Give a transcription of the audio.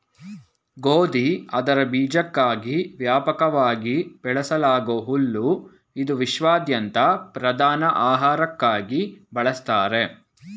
ಗೋಧಿ ಅದರ ಬೀಜಕ್ಕಾಗಿ ವ್ಯಾಪಕವಾಗಿ ಬೆಳೆಸಲಾಗೂ ಹುಲ್ಲು ಇದು ವಿಶ್ವಾದ್ಯಂತ ಪ್ರಧಾನ ಆಹಾರಕ್ಕಾಗಿ ಬಳಸ್ತಾರೆ